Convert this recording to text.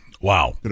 wow